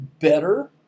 better